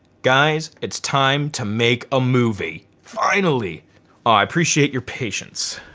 guys it's time to make a movie. finally. oh i appreciate your patience.